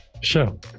sure